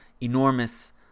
enormous